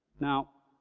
now,